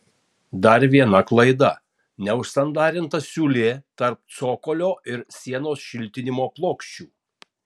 dar viena klaida neužsandarinta siūlė tarp cokolio ir sienos šiltinimo plokščių